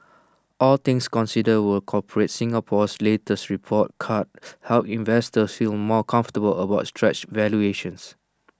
all things considered will corporate Singapore's latest report card help investors feel more comfortable about stretched valuations